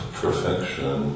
perfection